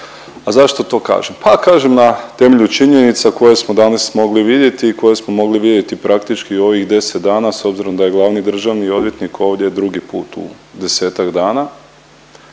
A zašto to kažem? Pa kažem na temelju činjenica koje smo danas mogli vidjeti i koje smo mogli vidjeti praktički u ovih 10 dana s obzirom da je glavni državni odvjetnik ovdje drugi put u 10-ak dana.